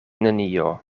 nenio